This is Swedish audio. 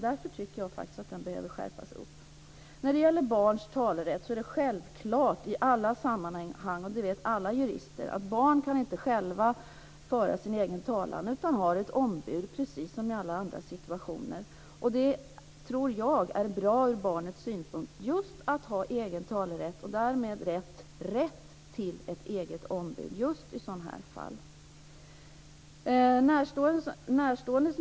Därför tycker jag att det här behöver skärpas upp. När det gäller barns talerätt är det självklart - och det vet alla jurister - att barn själva inte kan föra sin egen talan, utan de har ett ombud precis som i alla andra situationer. Det är bra från barnets synpunkt att ha egen talerätt och därmed rätt till ett eget ombud just i fall av den här typen.